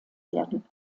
werden